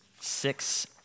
six